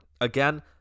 Again